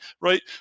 right